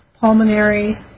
pulmonary